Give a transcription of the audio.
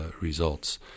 results